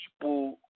people